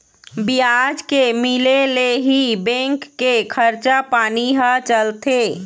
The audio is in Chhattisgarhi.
बियाज के मिले ले ही बेंक के खरचा पानी ह चलथे